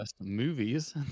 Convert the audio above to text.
movies